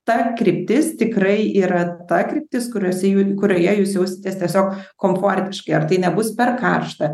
ta kryptis tikrai yra ta kryptis kuriose jų kurioje jūs jausitės tiesiog komfortiškai ar tai nebus per karšta